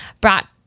brought